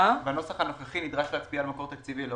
בנוסח הנוכחי נדרש להצביע על מקור תקציבי,